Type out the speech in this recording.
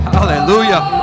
Hallelujah